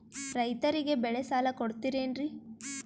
ರೈತರಿಗೆ ಬೆಳೆ ಸಾಲ ಕೊಡ್ತಿರೇನ್ರಿ?